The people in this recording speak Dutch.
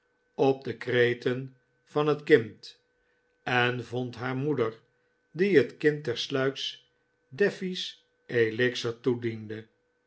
op de kreten van het kind en vond haar moeder die het kind tersluiks daffy's elixer toediende